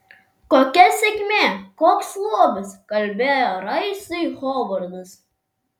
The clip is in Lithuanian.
kokia sėkmė koks lobis kalbėjo raisui hovardas